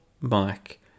Mike